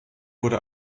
wurde